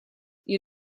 you